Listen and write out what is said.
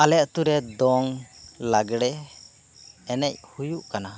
ᱟᱞᱮ ᱟᱹᱛᱩ ᱨᱮ ᱫᱚᱝ ᱞᱟᱜᱽᱲᱮ ᱮᱱᱮᱡ ᱦᱩᱭᱩᱜ ᱠᱟᱱᱟ